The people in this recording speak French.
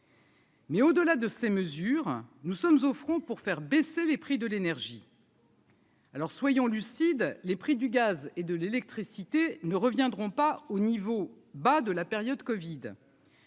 Mais au-delà de ces mesures, nous sommes au front pour faire baisser les prix de l'énergie. Alors, soyons lucides, les prix du gaz et de l'électricité ne reviendront pas au niveau bas de la période Covid.